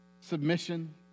submission